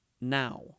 now